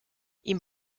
ihm